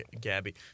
Gabby